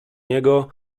niego